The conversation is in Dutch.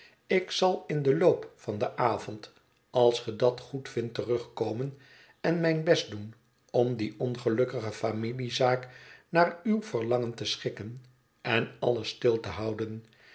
ik zal in den loop van den avond als ge dat goedvindt terugkomen en mijn best doen om die ongelukkige familiezaak naar uw verlangen te schikken en alles stil te houden